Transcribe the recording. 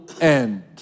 end